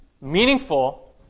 meaningful